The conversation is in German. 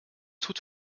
tut